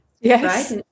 Yes